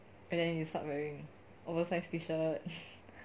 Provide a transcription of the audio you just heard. and then you start wearing oversized t-shirt